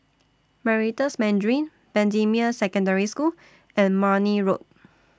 Meritus Mandarin Bendemeer Secondary School and Marne Road